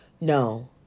No